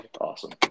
Awesome